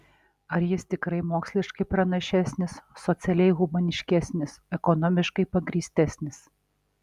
ar jis tikrai moksliškai pranašesnis socialiai humaniškesnis ekonomiškai pagrįstesnis